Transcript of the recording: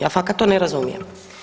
Ja fakat to ne razumijem.